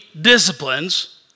disciplines